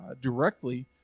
directly